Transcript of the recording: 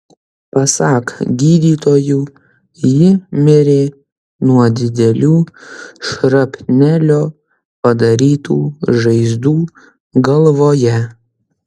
pasak gydytojų ji mirė nuo didelių šrapnelio padarytų žaizdų galvoje